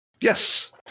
Yes